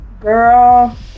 Girl